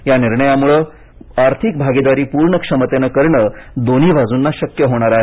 या मोठ्या निर्णयामुळं आर्थिक भागिदारी पूर्ण क्षमतेनं करण दोन्ही बाजूंना शक्य होणार आहे